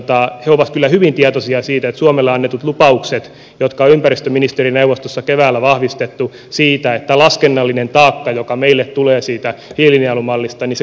he ovat kyllä hyvin tietoisia siitä että suomelle annetut lupaukset on ympäristöministerineuvostossa keväällä vahvistettu siitä että laskennallinen taakka joka meille tulee siitä hiilinielumallista kompensoidaan meille